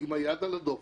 עם יד על הדופק,